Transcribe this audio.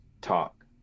talk